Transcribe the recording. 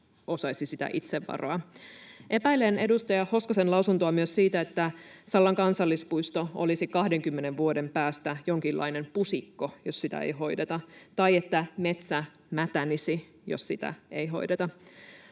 osaisivat sitä itse varoa. Epäilen myös edustaja Hoskosen lausuntoa siitä, että Sallan kansallispuisto olisi 20 vuoden päästä jonkinlainen pusikko, jos sitä ei hoideta, tai että metsä mätänisi, jos sitä ei hoideta.